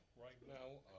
right now,